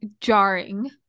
jarring